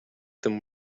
them